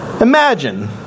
Imagine